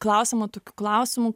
klausiama tokių klausimų